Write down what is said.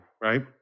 right